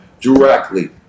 directly